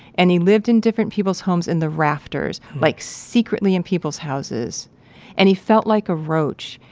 and he lived in different people's homes in the rafters, like secretly in people's houses and he felt like a roach.